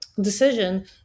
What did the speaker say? decision